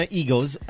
egos